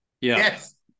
Yes